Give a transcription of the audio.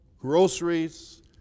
groceries